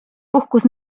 puhkus